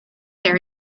their